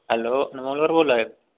hello होर बोला दे